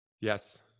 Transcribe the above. yes